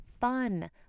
fun